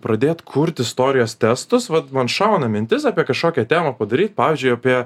pradėt kurt istorijos testus vat man šauna mintis apie kašokią temą padaryt pavyžiui apie